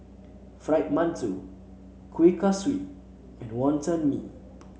Fried Mantou Kuih Kasturi and Wonton Mee